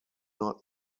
not